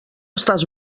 estàs